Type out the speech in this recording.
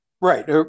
Right